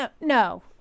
no